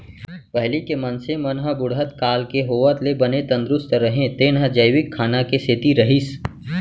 पहिली के मनसे मन ह बुढ़त काल के होवत ले बने तंदरूस्त रहें तेन ह जैविक खाना के सेती रहिस